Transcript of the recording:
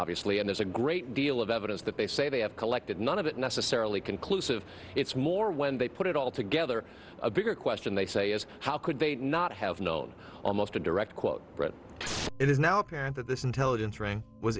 obviously and there's a great deal of evidence that they say they have collected none of it necessarily conclusive it's more when they put it all together a bigger question they say is how could they not have known almost a direct quote it is now apparent that this intelligence rank was